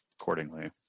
accordingly